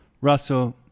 Russell